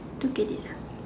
don't get it ah